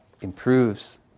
improves